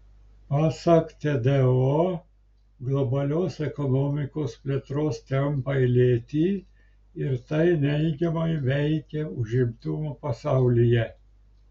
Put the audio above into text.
pasak tdo globalios ekonomikos plėtros tempai lėti ir tai neigiamai veikia užimtumą pasaulyje